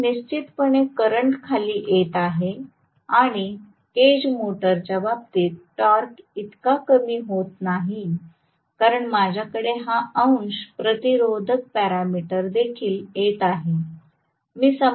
एक निश्चितपणे करंट खाली येत आहे आणि केज मोटारच्या बाबतीत टॉर्क इतका कमी होत नाही कारण माझ्याकडे हा अंश प्रतिरोधक पॅरामीटर देखील येत आहे